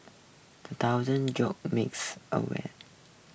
the thousand jolt makes awake